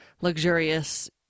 luxurious